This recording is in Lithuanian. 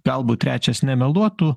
galbūt trečias nemeluotų